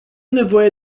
nevoie